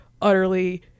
utterly